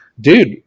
dude